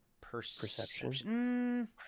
perception